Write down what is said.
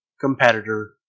competitor